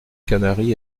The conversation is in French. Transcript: canari